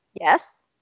Yes